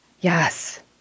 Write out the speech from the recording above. Yes